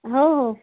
हो हो